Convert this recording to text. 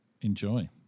enjoy